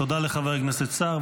תודה לחבר הכנסת סער,